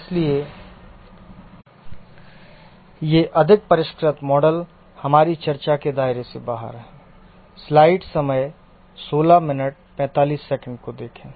इसलिए ये अधिक परिष्कृत मॉडल हमारी चर्चा के दायरे से बाहर हैं